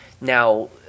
Now